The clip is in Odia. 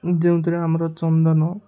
ଯେଉଁଥିରେ ଆମର ଚନ୍ଦନ